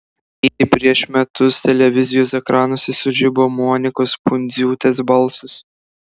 lygiai prieš metus televizijos ekranuose sužibo monikos pundziūtės balsas